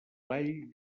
ball